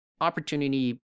opportunity